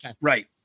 right